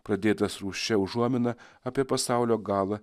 pradėtas rūsčia užuomina apie pasaulio galą